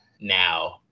now